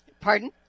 Pardon